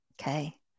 Okay